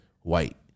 White